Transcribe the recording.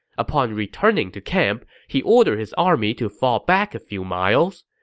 upon returning to camp, he ordered his army to fall back a few miles.